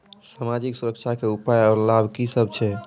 समाजिक सुरक्षा के उपाय आर लाभ की सभ छै?